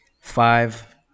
Five